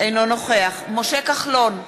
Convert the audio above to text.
אינו נוכח משה כחלון,